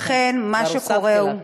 כבר הוספתי לך.